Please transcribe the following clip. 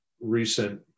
recent